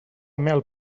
mel